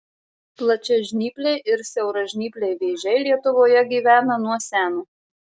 plačiažnypliai ir siauražnypliai vėžiai lietuvoje gyvena nuo seno